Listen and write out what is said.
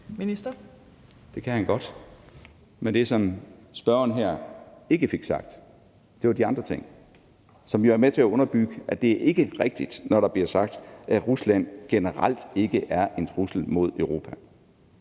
Det kan han godt. Men det, som spørgeren her ikke fik sagt, var de andre ting, som jo er med til at underbygge, at det ikke er rigtigt, når der bliver sagt, at Rusland generelt ikke er en trussel mod Europa.